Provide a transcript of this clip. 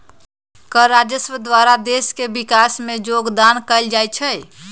कर राजस्व द्वारा देश के विकास में जोगदान कएल जाइ छइ